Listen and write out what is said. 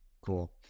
Cool